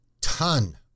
ton